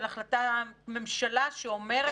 החלטת ממשלה שאומרת,